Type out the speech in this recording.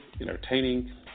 entertaining